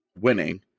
winning